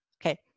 Okay